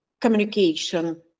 communication